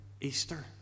Easter